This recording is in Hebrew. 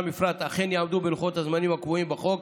בפרט אכן יעמדו בלוחות הזמנים הקבועים בחוק